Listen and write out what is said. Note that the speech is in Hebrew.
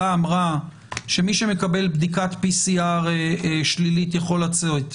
אמרה שמי שמקבל בדיקת PCR שלילית יכול לצאת,